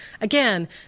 again